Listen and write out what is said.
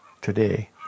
today